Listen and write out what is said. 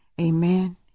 Amen